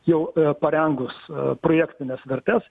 jau parengus projektines vertes